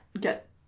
get